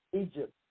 Egypt